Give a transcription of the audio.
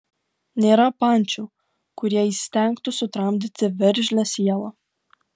nėra pančių kurie įstengtų sutramdyti veržlią sielą